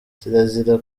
kirazira